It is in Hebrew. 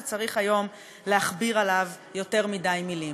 אמרנו שיש היום סמכות בידי שר הפנים,